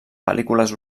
pel·lícules